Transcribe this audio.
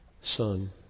Son